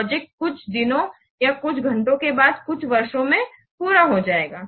project कुछ दिनों या कुछ घंटों के बाद कुछ वर्षों में पूरा हो जायेगा